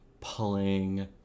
pulling